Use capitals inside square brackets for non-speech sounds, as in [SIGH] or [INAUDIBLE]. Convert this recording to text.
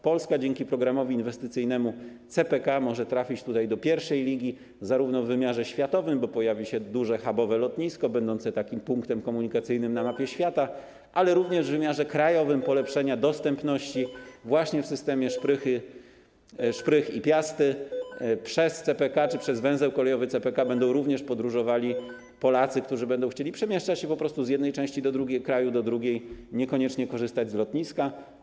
Polska dzięki programowi inwestycyjnemu CPK może trafić do pierwszej ligi zarówno w wymiarze światowym - pojawi się duże hubowe lotnisko będące ważnym punktem komunikacyjnym na mapie świata - jak i [NOISE] w wymiarze krajowym, przez polepszenie dostępności właśnie w systemie szprych, szprych i piasty przez CPK czy przez węzeł kolejowy CPK będą również podróżowali Polacy, którzy będą chcieli przemieszczać się z jednej części kraju do drugiej, niekoniecznie korzystać z lotniska.